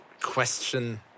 question